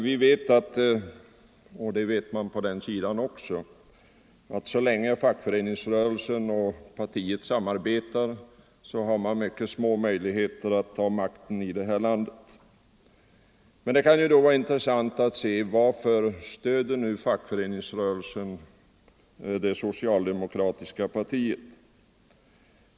Vi vet — och det vet de på den sidan också — att de har mycket små möjligheter att ta makten i det här landet så länge fackföreningsrörelsen och partiet samarbetar. Det kan då vara intressant att undersöka varför fackföreningsrörelsen stöder det socialdemokratiska partiet.